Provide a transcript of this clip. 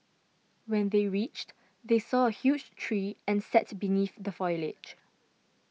when they reached they saw a huge tree and sat beneath the foliage